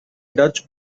dutch